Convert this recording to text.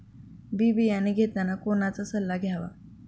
बी बियाणे घेताना कोणाचा सल्ला घ्यावा?